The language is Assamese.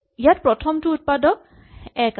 ইয়াত প্ৰথম উৎপাদকটো এক আছিল